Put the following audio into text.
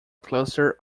cluster